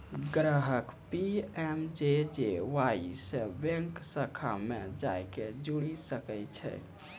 ग्राहक पी.एम.जे.जे.वाई से बैंक शाखा मे जाय के जुड़ि सकै छै